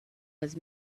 was